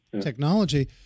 technology